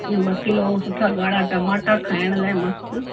ऐं ॿ किलो सुठा ॻाढ़ा टमाटा खाइण लाइ मस्तु